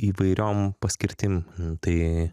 įvairiom paskirtim tai